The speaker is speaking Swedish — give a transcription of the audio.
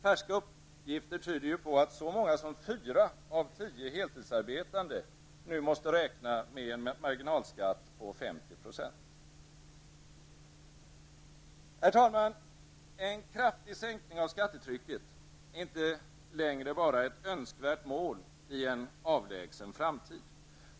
Färska uppgifter tyder ju på att så många som fyra av tio heltidsarbetande nu måste räkna med en marginalskatt på 50 %. Herr talman! En kraftig sänkning av skattetrycket är inte längre bara ett önskvärt mål i en avlägsen framtid.